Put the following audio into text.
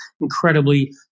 incredibly